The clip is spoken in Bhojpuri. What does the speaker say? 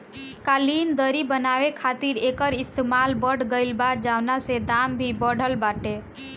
कालीन, दर्री बनावे खातिर एकर इस्तेमाल बढ़ गइल बा, जवना से दाम भी बढ़ल बाटे